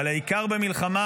אבל העיקר במלחמה,